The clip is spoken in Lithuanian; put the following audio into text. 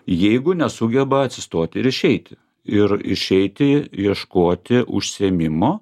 jeigu nesugeba atsistoti ir išeiti ir išeiti ieškoti užsiėmimo